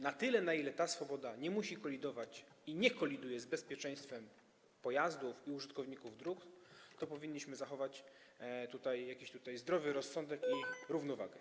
Na tyle, na ile ta swoboda nie musi kolidować i nie koliduje z bezpieczeństwem pojazdów i użytkowników dróg, powinniśmy zachować zdrowy rozsądek i równowagę.